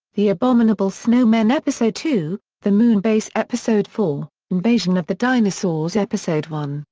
the abominable snowmen episode two, the moonbase episode four, invasion of the dinosaurs episode one,